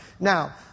Now